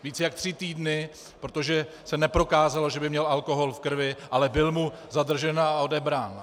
Více než tři týdny, protože se neprokázalo, že by měl alkohol v krvi, ale byl mu zadržen a odebrán.